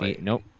Nope